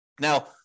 Now